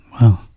Wow